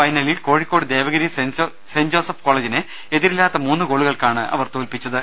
ഫൈനലിൽ കോഴിക്കോട് ദേവഗിരി സെന്റ്ജോസഫ് കോളേജിനെ എതിരില്ലാത്ത മുന്ന് ഗോളുകൾക്കാണ് അവർ തോൽപ്പിച്ചത്